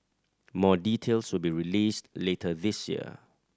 more details will be released later this year